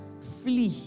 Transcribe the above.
flee